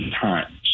times